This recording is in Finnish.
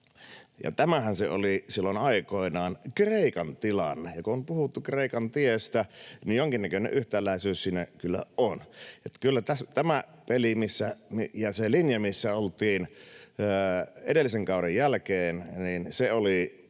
Tämähän se oli silloin aikoinaan Kreikan tilanne, ja kun on puhuttu Kreikan tiestä, niin jonkinnäköinen yhtäläisyys siinä kyllä on. Että kyllä tämä peli ja se linja, missä oltiin edellisen kauden jälkeen, oli